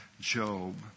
Job